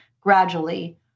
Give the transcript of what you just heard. gradually